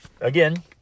again